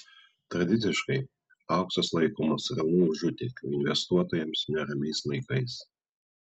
tradiciškai auksas laikomas ramiu užutėkiu investuotojams neramiais laikais